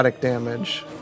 damage